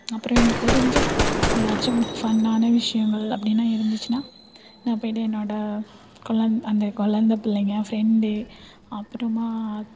அப்பறம் எனக்கு தெரிஞ்ச ஏதாச்சும் ஃபன்னான விஷயங்கள் அப்படின்னு இருந்துச்சுன்னா நான் போய்ட்டு என்னோடய குழந் அந்த குழந்தை பிள்ளைங்க ஃப்ரெண்ட் அப்புறமா